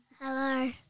Hello